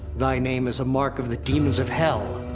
thy name is a mark of the demons of hell.